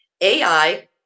AI